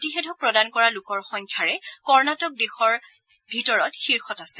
প্ৰতিষেধক প্ৰদান কৰা লোকৰ সংখ্যাৰে কৰ্ণাটক দেশৰ ভিতৰত শীৰ্যত আছে